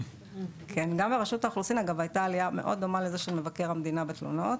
גם ברשות האוכלוסין היתה עלייה מאוד דומה לזו של מבקר המדינה בתלונות,